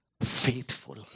faithful